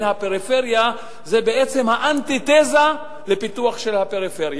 הפריפריה זה בעצם האנטיתזה לפיתוח של הפריפריה.